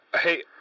Hey